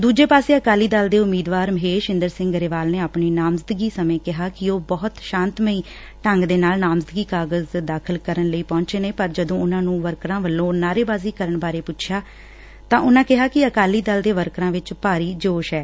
ਦੂਜੇ ਪਾਸੇ ਅਕਾਲੀ ਦਲ ਦੇ ਉਮੀਦਵਾਰ ਮਹੇਸ਼ਇੰਦਰ ਸਿੰਘ ਗਰੇਵਾਲ ਆਪਣੀ ਨਾਮਜ਼ਦਗੀ ਸਮੇ ਕਿਹਾ ਕਿ ਉਹ ਬਹੁਤ ਸ਼ਾਂਤਮਈ ਢੰਗ ਦੇ ਨਾਲ ਨਾਮਜ਼ਦਗੀ ਦਾਖਲ ਕਰਨ ਲਈ ਪਹੁੰਚੇ ਨੇ ਪਰ ਜਦੋਂ ਉਨਾਂ ਨੂੰ ਵਰਕਰਾਂ ਵੱਲੋਂ ਨਾਅਰੇਬਾਜ਼ੀ ਕਰਨ ਬਾਰੇ ਪੁੱਛਿਆ ਤਾਂ ਉਨਾਂ ਕਿਹਾ ਕਿ ਅਕਾਲੀ ਦਲ ਦੇ ਵਰਕਰਾਂ ਚ ਭਾਰੀ ਜੋਸ਼ ਏ